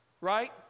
right